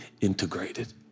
integrated